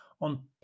on